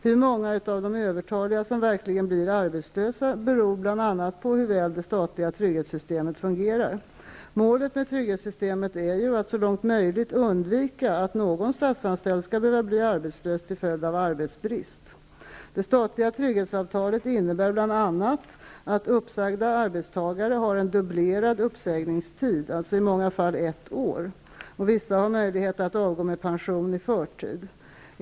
Hur många av de övertaliga som verkligen blir arbetslösa beror bl.a. på hur väl det statliga trygghetssystemet fungerar. Målet med trygghetssystemet är ju att så långt som möjligt undvika att någon statsanställd skall behöva bli arbetslös till följd av arbetsbrist. Det statliga trygghetsavtalet innebär bl.a. att uppsagda arbetstagare har en dubblerad uppsägningstid -- alltså i många fall ett år. Vissa har möjlighet att avgå med pension i förtid.